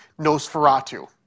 Nosferatu